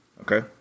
Okay